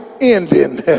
ending